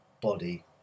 body